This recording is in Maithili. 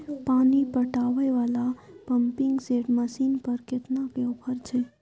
पानी पटावय वाला पंपिंग सेट मसीन पर केतना के ऑफर छैय?